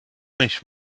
mich